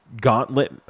gauntlet